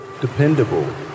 dependable